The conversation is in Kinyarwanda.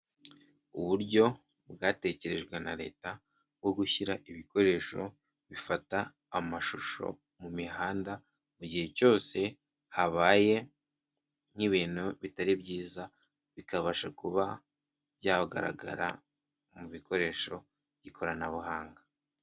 Uburyo bwatekerejwe na leta bwo gushyira ibikoresho bifata amashusho mu mihanda mu gihe cyose habaye nk'ibintu bitari byiza bikabasha kuba byagaragara mu bikoresho by'ikoranabuhanga.